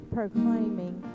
proclaiming